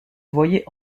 voyait